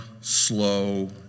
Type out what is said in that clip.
slow